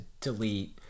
delete